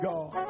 God